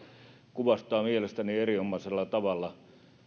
kuvastaa mielestäni erinomaisella tavalla